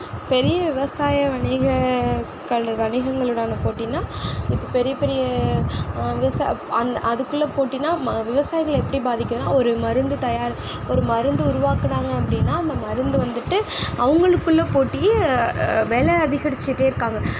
பெரிய விவசாயம் வணிகக்கள் வணிகங்களுடான போட்டின்னா இப்போ பெரிய பெரிய விசா அதுக்குள்ளே போட்டின்னா ம விவசாயிகளை எப்படி பாதிக்குதுன்னா ஒரு மருந்து தயார் ஒரு மருந்து உருவாக்குனாங்க அப்படினா அந்த மருந்து வந்துவிட்டு அவங்களுக்குள்ள போட்டியே வில அதிகரிச்சிருச்சிகிட்டே இருக்காங்க